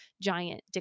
giant